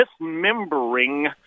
dismembering